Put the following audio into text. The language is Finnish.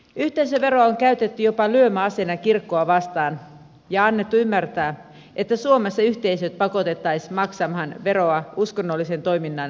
yhteisöveroa on käytetty jopa lyömäaseena kirkkoa vastaan ja annettu ymmärtää että suomessa yhteisöt pakotettaisiin maksamaan veroa uskonnollisen toiminnan tukemiseen